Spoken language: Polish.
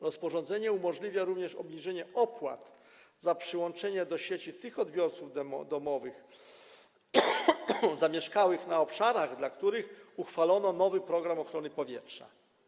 Rozporządzenie umożliwia również obniżenie opłat za przyłączenie do sieci odbiorców domowych zamieszkałych na obszarach, dla których uchwalono nowy program ochrony powietrza.